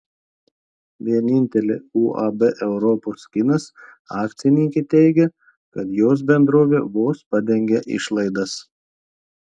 vienintelė uab europos kinas akcininkė teigia kad jos bendrovė vos padengia išlaidas